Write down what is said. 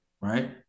right